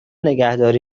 نگهداری